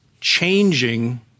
changing